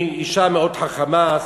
היא אישה מאוד חכמה,